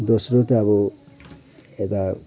दोस्रो त अब यता